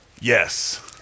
yes